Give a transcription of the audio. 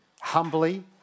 Humbly